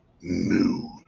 new